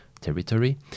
territory